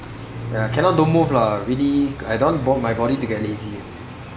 ya cannot don't move lah really I don't want bo~ my body to get lazy